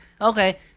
okay –